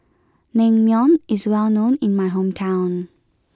Naengmyeon is well known in my hometown